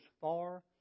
far